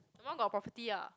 your mum got property uh